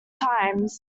times